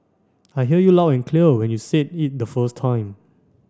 I hear you loud and clear when you said it the first time